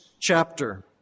chapter